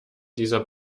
dieser